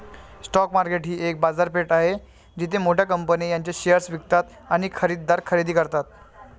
stock market ही एक बाजारपेठ आहे जिथे मोठ्या कंपन्या त्यांचे शेअर्स विकतात आणि खरेदीदार खरेदी करतात